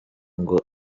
ngo